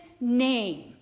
name